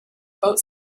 boat